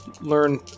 learn